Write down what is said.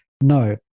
No